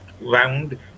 round